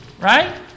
Right